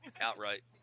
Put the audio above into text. Outright